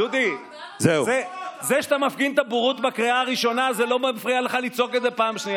למה לפני ארבעה חודשים אתה התנגדת?